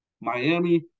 Miami